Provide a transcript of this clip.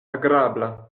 agrabla